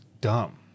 dumb